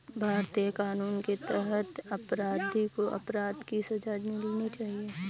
भारतीय कानून के तहत अपराधी को अपराध की सजा मिलनी चाहिए